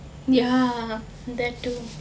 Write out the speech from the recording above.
ya that too